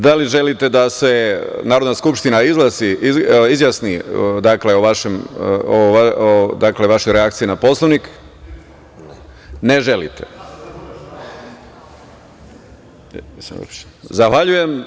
Da li želite da se Narodna skupština izjasni o vašoj reakciji na Poslovnik? (Ne.) Zahvaljujem.